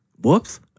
Whoops